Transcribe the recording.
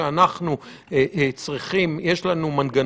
אנחנו בחלק